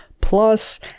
plus